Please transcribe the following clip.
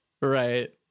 right